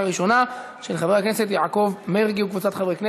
של חבר הכנסת יעקב מרגי וקבוצת חברי הכנסת,